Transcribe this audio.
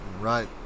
right